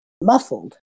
muffled